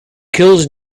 kills